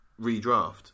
redraft